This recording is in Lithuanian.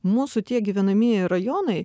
mūsų tie gyvenamieji rajonai